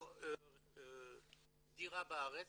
דירה בארץ,